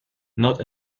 not